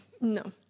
No